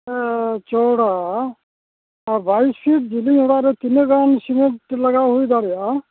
ᱪᱚᱣᱲᱟ ᱟᱨ ᱵᱟᱭᱤᱥ ᱯᱷᱤᱴ ᱡᱮᱞᱮᱧ ᱚᱲᱟᱜ ᱨᱮ ᱛᱤᱱᱟᱹᱜ ᱜᱟᱱ ᱥᱤᱢᱮᱱᱴ ᱞᱟᱜᱟᱣ ᱦᱩᱭ ᱫᱟᱲᱮᱭᱟᱜᱼᱟ